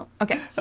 okay